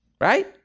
right